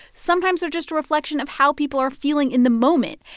sometimes they're just a reflection of how people are feeling in the moment,